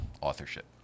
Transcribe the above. authorship